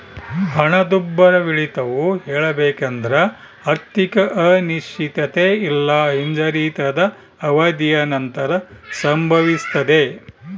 ಹಣದುಬ್ಬರವಿಳಿತವು ಹೇಳಬೇಕೆಂದ್ರ ಆರ್ಥಿಕ ಅನಿಶ್ಚಿತತೆ ಇಲ್ಲಾ ಹಿಂಜರಿತದ ಅವಧಿಯ ನಂತರ ಸಂಭವಿಸ್ತದೆ